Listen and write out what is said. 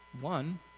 One